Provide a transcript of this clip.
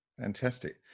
Fantastic